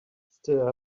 still